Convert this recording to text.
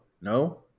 no